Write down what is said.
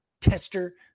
tester